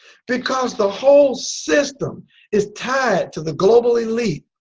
because the whole system is tied to the global elite.